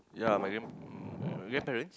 yea my grand~ grandparents